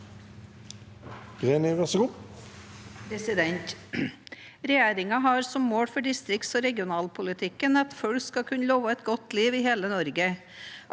«Regjeringa har som mål for distrikts- og regionalpolitikken at folk skal kun ne leve eit godt liv i heile Noreg,